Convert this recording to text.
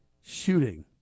shooting